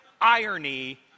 irony